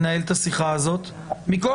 גם יוצא נגד הסעיף שהחוק הזה מנסה להעביר.